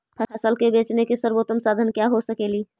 फसल के बेचने के सरबोतम साधन क्या हो सकेली?